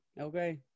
Okay